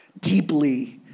deeply